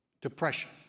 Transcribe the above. depression